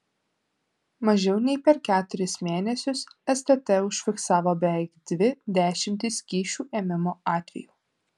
mažiau nei per keturis mėnesius stt užfiksavo beveik dvi dešimtis kyšių ėmimo atvejų